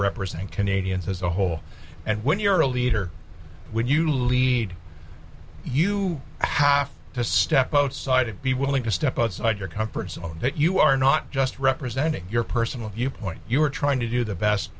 represent canadians as a whole and when you're a leader when you lead you have to step outside and be willing to step outside your comfort zone that you are not just representing your personal viewpoint you are trying to do the best